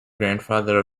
grandfather